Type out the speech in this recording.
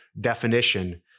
definition